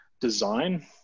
design